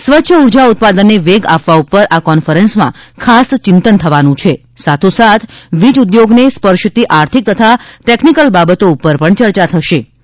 સ્વચ્છ ઊર્જા ઉત્પાદનને વેગ આપવા ઊપર આ કોન્ફરન્સમાં ખાસ ચિંતન થવાનું છે સાથોસાથ વીજઉદ્યોગને સ્પર્શતી આર્થિક તથા ટેકનિકલ બાબતો ઊપર પણ ચર્ચા થશેં